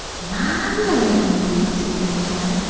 my lan'! breathed susan again.